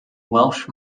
welsh